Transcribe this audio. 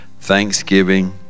thanksgiving